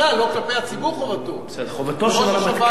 חובתו של הרמטכ"ל לומר את דעתו בפומבי.